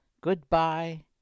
goodbye